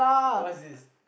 what's this